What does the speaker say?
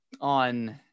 on